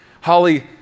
Holly